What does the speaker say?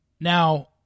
Now